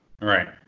Right